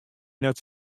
net